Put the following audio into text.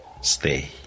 Stay